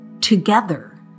together